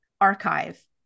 archive